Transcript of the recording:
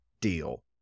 deal